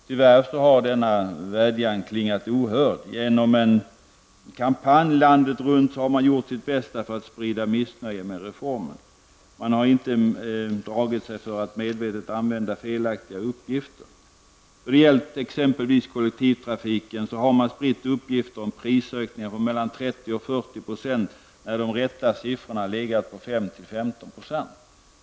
Tyvärr har denna vädjan klingat ohörd. Genom en kampanj landet runt har man gjort sitt bästa för att sprida missnöje med reformen. Man har inte dragit sig för att medvetet använda felaktiga uppgifter. Då det gällt exempelvis kollektivtrafiken har man spritt uppgifter om prisökningar på mellan 30 och 40 % när de rätta siffrorna legat på 5--15 %.